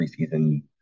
preseason